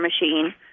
machine